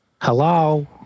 Hello